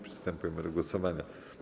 Przystępujemy do głosowania.